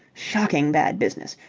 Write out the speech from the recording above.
shocking bad business.